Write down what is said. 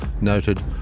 noted